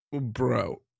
bro